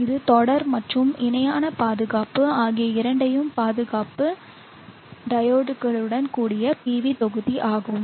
இது தொடர் மற்றும் இணையான பாதுகாப்பு ஆகிய இரண்டையும் பாதுகாப்பு டையோட்களுடன் கூடிய PV தொகுதி ஆகும்